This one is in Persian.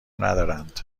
ندارند